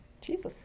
Jesus